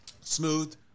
Smooth